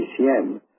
BCM